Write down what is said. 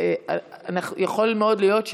אתה צריך להחליף עם מישהו.